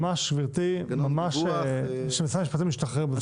ממש גברתי, ושמשרד המשפטים ישתחרר מזה.